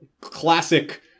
classic